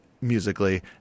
musically